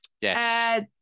Yes